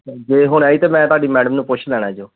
ਜੇ ਹੁਣ ਆਈ ਤਾਂ ਮੈਂ ਤੁਹਾਡੀ ਮੈਡਮ ਨੂੰ ਪੁੱਛ ਲੈਣਾ ਜੋ